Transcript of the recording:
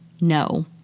No